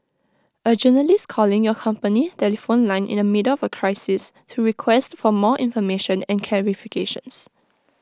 A journalist calling your company telephone line in the middle for crisis to request for more information and clarifications